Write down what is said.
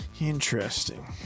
Interesting